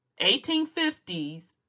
1850s